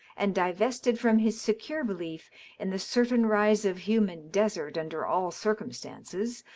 and divested from his secure belief in the certain rise of human desert under all circumstances,